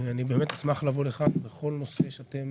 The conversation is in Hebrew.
אני באמת אשמח לבוא לכאן בכל נושא שאתם